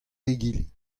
egile